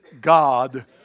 God